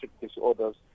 disorders